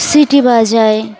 city বাজায়